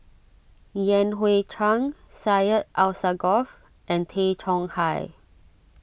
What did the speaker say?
Yan Hui Chang Syed Alsagoff and Tay Chong Hai